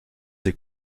des